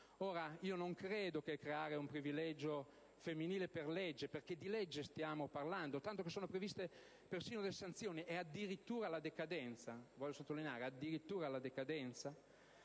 sesso. Non credo che creare un privilegio femminile per legge, perché di legge stiamo parlando, tanto che sono previste persino le sanzioni (e addirittura, voglio sottolinearlo, la decadenza